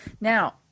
Now